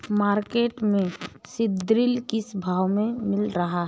Market में सीद्रिल किस भाव में मिल रहा है?